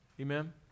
Amen